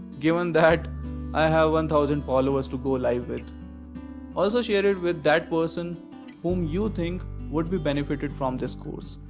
given that i have one thousand followers to go live with also, share it with that person whom you think would be benefitted from this course.